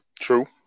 True